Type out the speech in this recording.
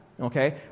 Okay